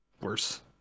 worse